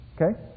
Okay